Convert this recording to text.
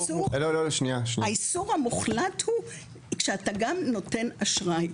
איסור מוחלט הוא כשאתה גם נותן אשראי.